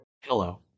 Hello